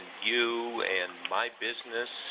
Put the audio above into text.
you and my business.